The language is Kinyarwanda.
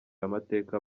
amateka